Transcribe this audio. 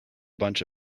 bunch